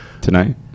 Tonight